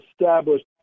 established